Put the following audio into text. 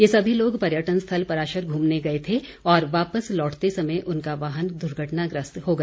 ये सभी लोग पर्यटन स्थल पराशर घूमने गए थे और वापस लौटते समय उनका वाहन दुर्घटनाग्रस्त हो गया